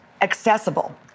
accessible